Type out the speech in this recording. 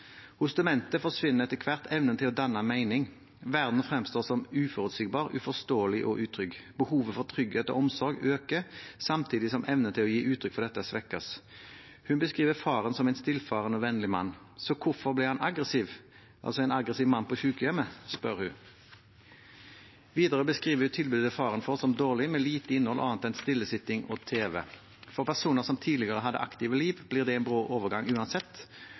Hos demente forsvinner etter hvert evnen til å danne mening. Verden fremstår som uforutsigbar, uforståelig og utrygg. Behovet for trygghet og omsorg øker, samtidig som evnen til å gi uttrykk for dette svekkes. Hun beskriver faren som en stillfaren og vennlig mann. Så hvorfor ble han en aggressiv mann på sykehjemmet, spør hun. Videre beskriver hun tilbudet faren får, som dårlig, med lite innhold annet enn stillesitting og tv. For personer som tidligere hadde et aktivt liv, blir det en brå overgang uansett,